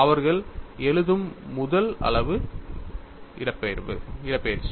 அவர்கள் எழுதும் முதல் அளவு இடப்பெயர்ச்சி